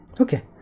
Okay